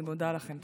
אני מודה לכם.